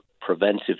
preventive